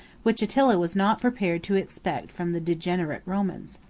which attila was not prepared to expect from the degenerate romans.